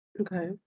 Okay